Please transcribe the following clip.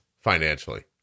financially